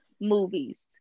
movies